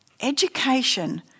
Education